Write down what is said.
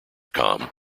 com